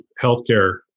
healthcare